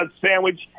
sandwich